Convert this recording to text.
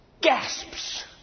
gasps